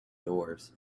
doors